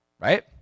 Right